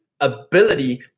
ability